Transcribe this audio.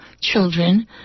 children